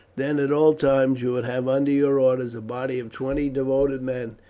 then at all times you would have under your orders a body of twenty devoted men,